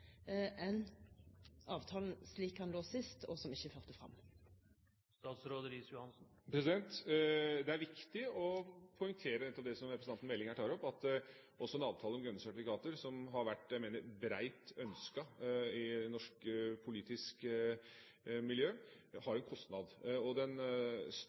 enn avtalen slik den lå sist, som ikke førte fram? Det er viktig å poengtere nettopp det som representanten Meling her tar opp, at en avtale om grønne sertifikater, som har vært breitt ønsket fra norsk politisk miljø, også har